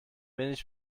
wenig